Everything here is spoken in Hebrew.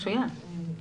מצוין.